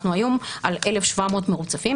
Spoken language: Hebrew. אנחנו היום על 1,700 מרוצפים.